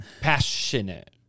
passionate